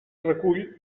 recull